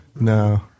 no